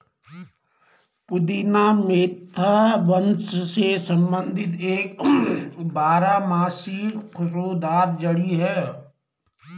पुदीना मेंथा वंश से संबंधित एक बारहमासी खुशबूदार जड़ी है